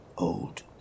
old